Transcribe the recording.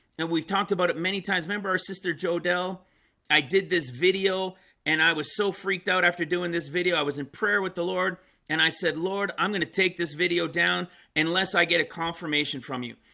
and we've talked about it many times. remember our sister joe dell i did this video and i was so freaked out after doing this video. i was in prayer with the lord and i said lord i'm gonna take this video down unless i get a confirmation from you.